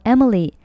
Emily” 。